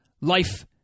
life